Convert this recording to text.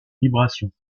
vibrations